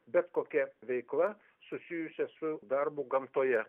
bet kokia veikla susijusia su darbu gamtoje